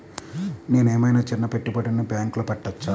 నేను ఏమయినా చిన్న పెట్టుబడిని బ్యాంక్లో పెట్టచ్చా?